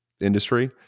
industry